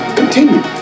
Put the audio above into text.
continue